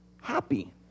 happy